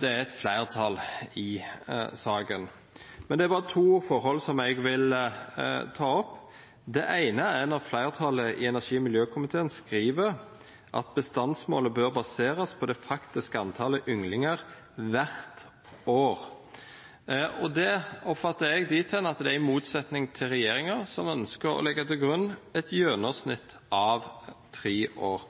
det er et flertall i saken, men det er bare to forhold som jeg vil ta opp. Det ene er: Når flertallet i energi- og miljøkomiteen skriver at «bestandsmålet bør baseres på det faktiske antallet ynglinger hvert år», oppfatter jeg det dit hen at det er i motsetning til regjeringen, som ønsker å legge til grunn et gjennomsnitt av tre år.